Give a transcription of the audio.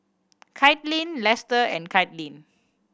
Kaitlyn Lester and Caitlyn